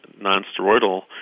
non-steroidal